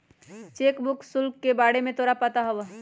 Cheque book शुल्क के बारे में तोरा पता हवा?